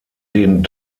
den